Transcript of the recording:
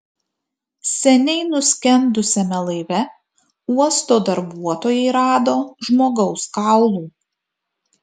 seniai nuskendusiame laive uosto darbuotojai rado žmogaus kaulų